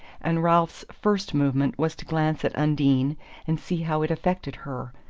and ralph's first movement was to glance at undine and see how it affected her.